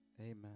amen